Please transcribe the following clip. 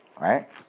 Right